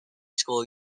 school